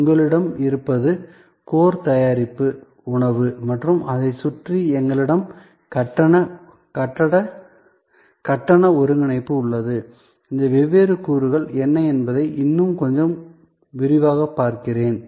உங்களிடம் இருப்பது கோர் தயாரிப்பு உணவு மற்றும் அதைச் சுற்றி எங்களிடம் கட்டண ஒருங்கிணைப்பு உள்ளது இந்த வெவ்வேறு கூறுகள் என்ன என்பதை இன்னும் கொஞ்சம் விரிவாகப் பார்க்கிறேன்